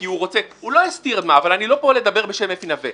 כי הוא רוצה הוא לא הסתיר --- אבל אני לא פה בשביל לדבר בשם אפי נוה.